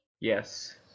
Yes